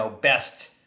best